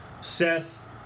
Seth